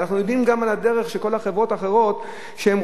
ואנחנו יודעים גם על הדרך של כל החברות האחרות שרוצות,